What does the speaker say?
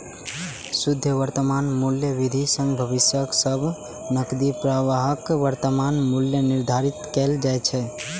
शुद्ध वर्तमान मूल्य विधि सं भविष्यक सब नकदी प्रवाहक वर्तमान मूल्य निर्धारित कैल जाइ छै